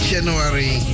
January